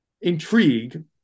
intrigue